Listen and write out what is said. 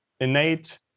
innate